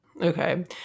Okay